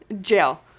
Jail